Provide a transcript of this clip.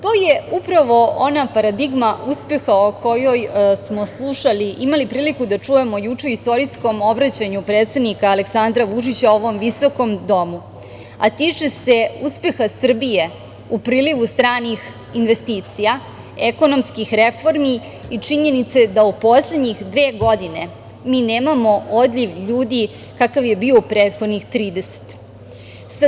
To je upravo ona paradigma uspeha, koju smo imali priliku da čujemo juče u istorijskom obraćanju predsednika Aleksandra Vučića, u ovom visokom domu, a tiče se uspeha Srbije u prilivu stranih investicija, ekonomskih reformi i zbog činjenice da u poslednje dve godine mi nemamo odliv ljudi, kakav je bio prethodnih 30 godina.